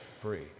free